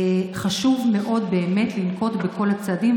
חשוב מאוד באמת לנקוט את כל הצעדים.